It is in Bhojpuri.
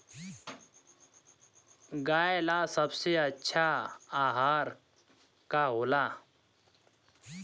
गाय ला सबसे अच्छा आहार का होला?